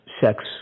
sex